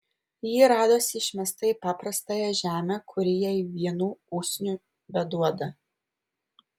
ji radosi išmesta į paprastąją žemę kuri jai vienų usnių beduoda